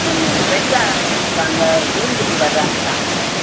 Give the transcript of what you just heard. ஆமாம் ப்ரெஷ்ஷாக வாங்கிட்டு வாங்க விருந்துக்கு வர்றாங்க ஆளுங்க